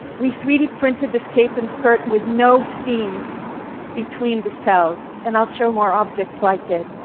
we three d printed this cape and skirt with no seams between the cells, and i'll show more objects like it.